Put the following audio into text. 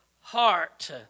heart